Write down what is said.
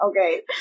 Okay